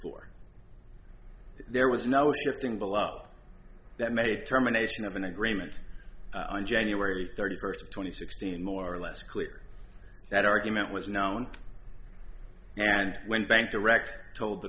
before there was no existing bill up that may terminations of an agreement on january thirty first twenty sixteen more or less clear that argument was known and when bank director told the